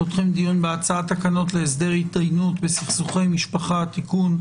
אנחנו פותחים דיון בהצעת תקנות להסדר התדיינות בסכסוכי משפחה (תיקון),